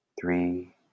three